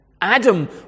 Adam